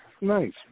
Nice